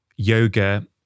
yoga